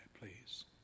please